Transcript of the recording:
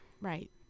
Right